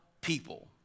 people